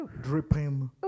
dripping